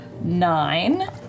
nine